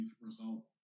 result